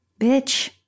bitch